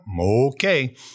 Okay